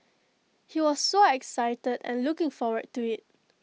he was so excited and looking forward to IT